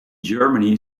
germany